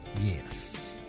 Yes